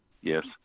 yes